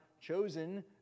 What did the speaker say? chosen